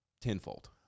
tenfold